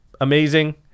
amazing